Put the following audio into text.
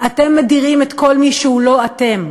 אתם מדירים את כל מי שהוא לא אתם.